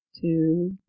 two